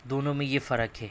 دونوں میں یہ فرق ہے